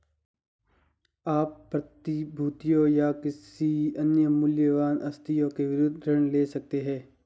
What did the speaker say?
आप प्रतिभूतियों या किसी अन्य मूल्यवान आस्तियों के विरुद्ध ऋण ले सकते हैं